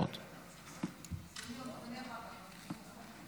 בשמו של יושב-ראש ועדת הפנים והגנת הסביבה,